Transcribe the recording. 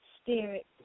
Spirit